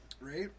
Right